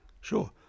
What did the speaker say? sure